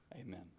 amen